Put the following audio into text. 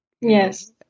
Yes